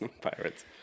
Pirates